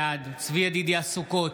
בעד צבי ידידיה סוכות,